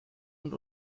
und